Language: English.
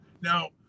Now